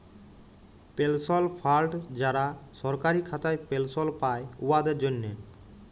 পেলশল fund যারা সরকারি খাতায় পেলশল পায়, উয়াদের জ্যনহে